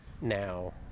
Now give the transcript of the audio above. now